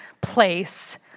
place